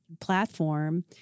platform